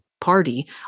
party